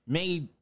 made